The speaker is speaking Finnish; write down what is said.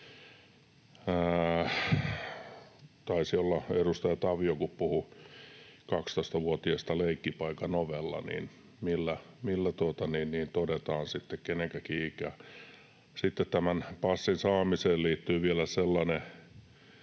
Taisi olla edustaja Tavio, joka puhui 12-vuotiaasta leikkipaikan ovella. Millä todetaan sitten kenenkäkin ikä? Sitten tämän passin saamiseen liittyy vielä sellainen,